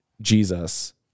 Jesus